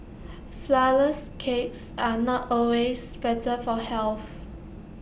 Flourless Cakes are not always better for health